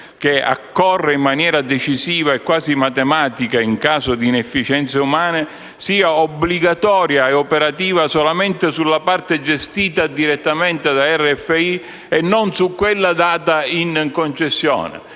che accorre in maniera decisiva e quasi matematica in caso di inefficienze umane, sia obbligatoria e operativa solamente sulla parte gestita direttamente dalla RFI e non su quella data in concessione.